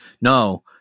no